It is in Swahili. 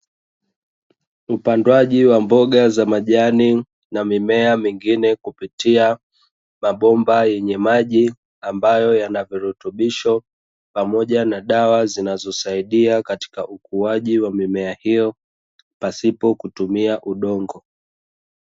Upandwaji wa mboga za majani na mimea mingine kupitia mabomba yenye maji, ambayo yanavirutubisho pamoja na dawa zinazosaidia katika ukuaji wa mimea hiyo, pasipokutumia udongo.